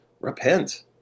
repent